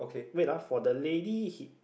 wait ah for the lady he